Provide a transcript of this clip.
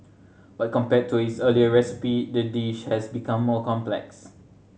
but compared to its earlier recipe the dish has become more complex